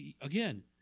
again